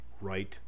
right